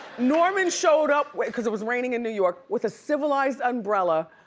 norman showed up, cause it was raining in new york, with a civilized umbrella.